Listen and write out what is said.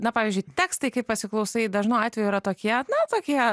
na pavyzdžiui tekstai kai pasiklausai dažnu atveju yra tokie na tokie